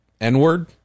N-word